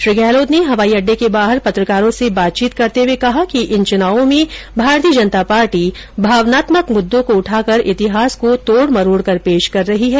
श्री गहलोत ने हवाई अड्डे के बाहर पत्रकारों से बातचीत करते हुए कहा कि इन चुनावों में भारतीय जनता पार्टी भावनात्मक मुददों को उठाकर इतिहास को तोडमरोडकर पेश कर रही है